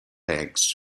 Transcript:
eggs